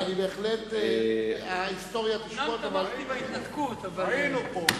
אני חושב שגם מגיעה התנצלות לפלסנר.